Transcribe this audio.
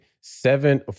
seven